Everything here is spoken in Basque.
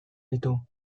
ditu